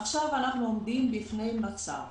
עכשיו אנחנו עומדים שבו,